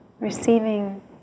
receiving